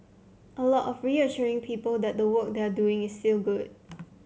a lot of reassuring people that the work they are doing is still good